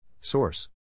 Source